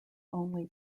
only